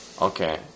okay